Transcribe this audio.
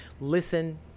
listen